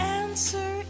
answer